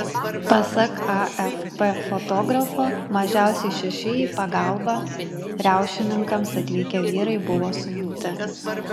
pasak afp fotografo mažiausiai šeši į pagalbą riaušininkams atvykę vyrai buvo suimti